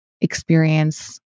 experience